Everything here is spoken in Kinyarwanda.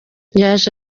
yaje